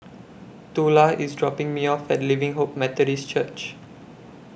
Tula IS dropping Me off At Living Hope Methodist Church